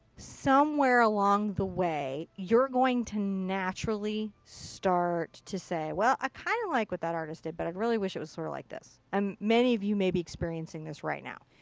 somewhere along the way you're going to naturally start to say well i kind of like what that artist did but i really wish it was sort of like this. um many of you may be experiencing this right now.